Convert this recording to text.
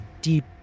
deep